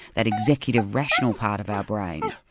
that executive rational part of our brain.